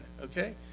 Okay